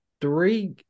three